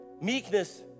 meekness